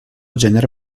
genere